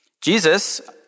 Jesus